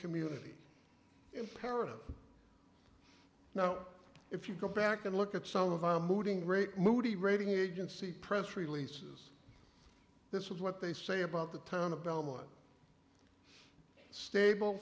community imperative now if you go back and look at some of our moving rate moody rating agency press releases this was what they say about the town of belmont stable